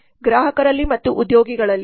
ಗ್ರಾಹಕರಲ್ಲಿ ಮತ್ತು ಉದ್ಯೋಗಿಗಳಲ್ಲಿ